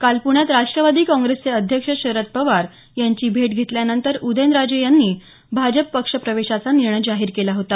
काल प्ण्यात राष्ट्रवादी काँग्रेसचे अध्यक्ष शरद पवार यांची भेट घेतल्यानंतर उदयनराजे यांनी भाजप पक्ष प्रवेशाचा निर्णय जाहीर केला होता